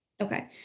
Okay